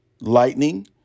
lightning